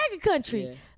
country